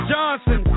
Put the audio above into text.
Johnson